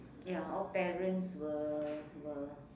ya all parents will will